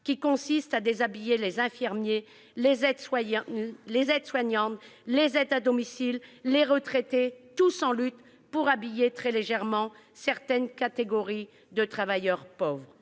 qui consiste à déshabiller les infirmiers, les aides-soignantes, les aides à domicile et les retraités, tous en lutte, pour habiller, très légèrement, certaines catégories de travailleurs pauvres.